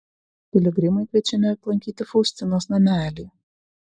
piligrimai kviečiami aplankyti faustinos namelį